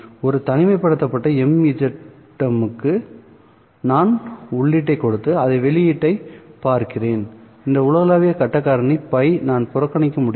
ஒரு தனிமைப்படுத்தப்பட்ட MZM க்கு நான் உள்ளீட்டைக் கொடுத்து அதைப் வெளியீட்டை பார்க்கிறேன்இந்த உலகளாவிய கட்ட காரணி Ф நான் புறக்கணிக்க முடியும்